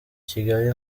kigali